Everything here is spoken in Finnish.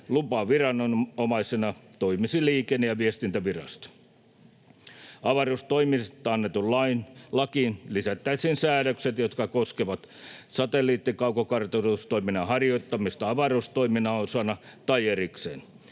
Lupaviranomaisena toimisi Liikenne- ja viestintävirasto. Avaruustoiminnasta annettuun lakiin lisättäisiin säännökset, jotka koskevat satelliittikaukokartoitustoiminnan harjoittamista avaruustoiminnan osana tai erikseen.